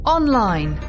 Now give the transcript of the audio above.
Online